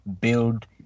build